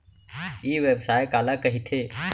ई व्यवसाय काला कहिथे?